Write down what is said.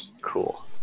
Cool